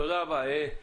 תודה רבה.